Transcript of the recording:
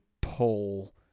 pull